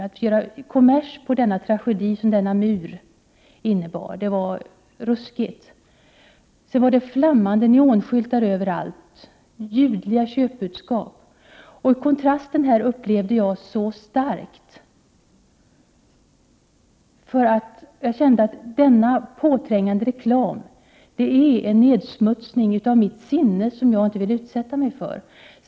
Att man gjorde kommers av den fruktansvärda tragedi som denna mur innebär var ruskigt. Det fanns flammande neonskyltar överallt och ljudliga köpbudskap. Jag upplevde här kontrasten starkt, och jag kände att denna påträngande reklam var en nedsmutsning av mitt sinne som jag inte vill utsätta mig för.